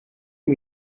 you